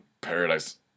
Paradise